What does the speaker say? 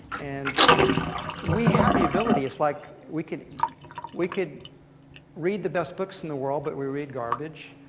and we have the ability. it's like we could we could read the best books in the world but we read garbage.